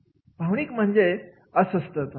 भावनिकता म्हणजेच अस्वस्थता